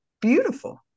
beautiful